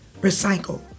recycle